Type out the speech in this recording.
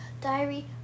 Diary